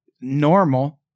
normal